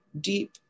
deep